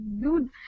dude